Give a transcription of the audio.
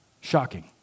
Shocking